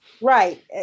Right